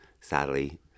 sadly